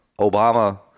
Obama